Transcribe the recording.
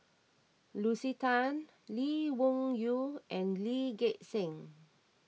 Lucy Tan Lee Wung Yew and Lee Gek Seng